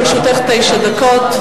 לרשותך תשע דקות.